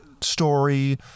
story